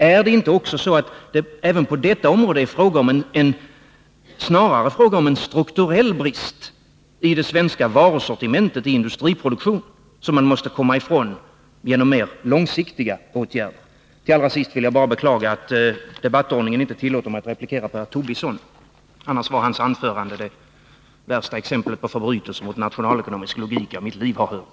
Är det inte också så att det även på detta område snarare är fråga om en strukturell brist i det svenska varusortimentet i industriproduktionen som man måste komma ifrån genom mer långsiktiga åtgärder? Allra sist vill jag bara beklaga att debattordningen inte tillåter mig att replikera på herr Tobisson. Hans anförande var det värsta exempel på förbrytelse mot nationalekonomisk logik jag i mitt liv har hört.